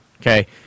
okay